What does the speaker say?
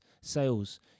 sales